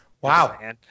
wow